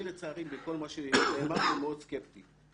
אני לצערי בכל מה שנאמר פה מאוד סקפטי.